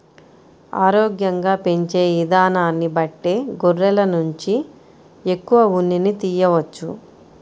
ఆరోగ్యంగా పెంచే ఇదానాన్ని బట్టే గొర్రెల నుంచి ఎక్కువ ఉన్నిని తియ్యవచ్చు